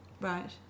Right